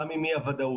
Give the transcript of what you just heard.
גם עם אי הוודאות,